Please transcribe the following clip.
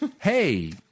hey